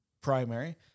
primary